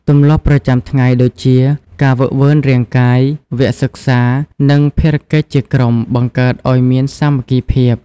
ទម្លាប់ប្រចាំថ្ងៃដូចជា ការហ្វឹកហ្វឺនរាងកាយ វគ្គសិក្សា និងភារកិច្ចជាក្រុម បង្កើតឱ្យមានសាមគ្គីភាព។